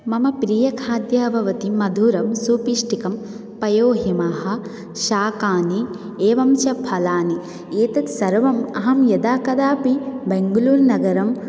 मम प्रियखाद्यं भवति मधुरं सुपिष्टिकं पयोहिमः शाकानि एवञ्च फलानि एतत् सर्वम् अहं यदा कदापि बेङ्गलूर्नगरम्